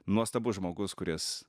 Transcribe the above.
nuostabus žmogus kuris